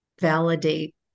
validate